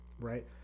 right